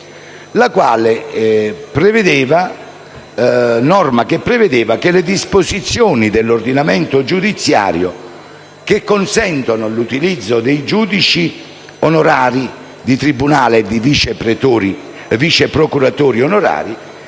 24 dicembre 2012, n. 228, prevedeva che le disposizioni dell'ordinamento giudiziario che consentono l'utilizzo dei giudici onorari di tribunale e dei vice procuratori onorari